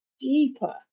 deeper